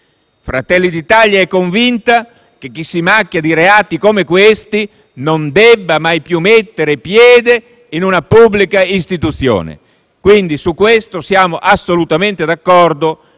Fratelli d'Italia è convinto che chi si macchia di reati come questi non debba mai più mettere piede in una pubblica istituzione, quindi su questo punto siamo assolutamente d'accordo.